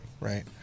right